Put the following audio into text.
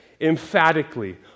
emphatically